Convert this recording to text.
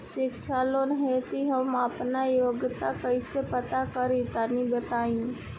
शिक्षा लोन हेतु हम आपन योग्यता कइसे पता करि तनि बताई?